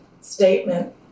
statement